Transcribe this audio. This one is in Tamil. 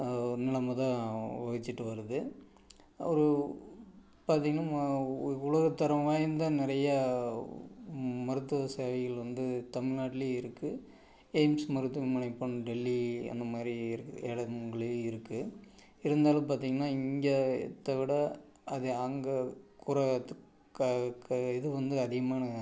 முதன் முத வகிச்சிட்டு வருது ஒரு பார்த்திங்கன்னா உலக தரம் வாய்ந்த நிறையா மருத்துவ சேவைகள் வந்து தமிழ்நாட்டுலயே இருக்குது எய்ம்ஸ் மருத்துவமனை போன் டெல்லி அந்த மாதிரி இருக்குது இடங்களே இருக்குது இருந்தாலும் பார்த்திங்கன்னா இங்கே இருக்கிறத விட அது அங்கே இது வந்து அதிகமான